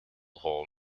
hole